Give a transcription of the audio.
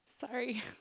Sorry